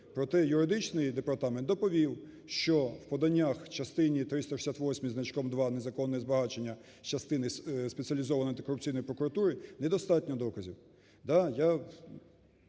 Проте юридичний департамент доповів, що в поданнях частині 368 зі значком 2 "Незаконне збагачення" з частини Спеціалізованої антикорупційної прокуратури недостатньо доказів.